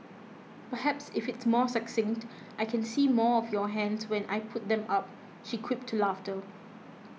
perhaps if it's more succinct I can see more of your hands when I put them up she quipped to laughter